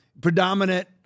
predominant